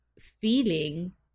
feeling